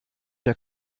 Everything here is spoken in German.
der